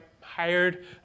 hired